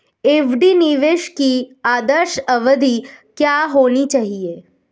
FD निवेश की आदर्श अवधि क्या होनी चाहिए?